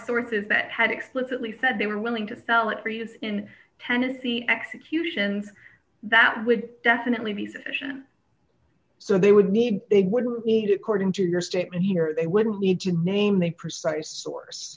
says that had explicitly said they were willing to sell it for use in tennessee executions that would definitely be sufficient so they would need they wouldn't need according to your statement here they wouldn't need to name the precise source